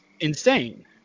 insane